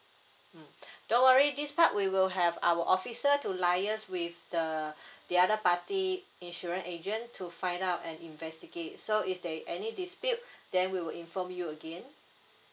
mm don't worry this part we will have our officer to liaise with the the other party insurance agent to find up and investigate so is there any dispute then we will inform you again